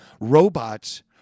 robots